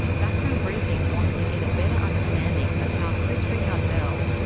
background briefing wanted to get a better understanding of how chris rikard-bell,